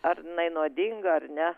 ar jinai nuodinga ar ne